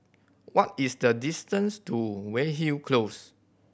what is the distance to Weyhill Close